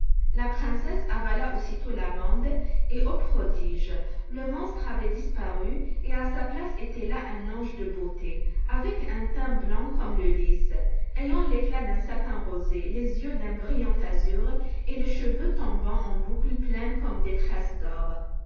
la princesse avala aussitôt l'amande et ô prodige le monstre avait disparu et à sa place était là un ange de beauté avec un teint blanc comme le lis ayant l'éclat d'un satin rosé les yeux d'un brillant azur et les cheveux tombant en boucles pleines comme des tresses d'or